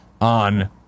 on